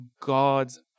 God's